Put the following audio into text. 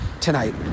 tonight